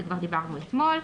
זה כבר דיברנו אתמול,